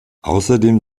außerdem